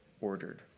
ordered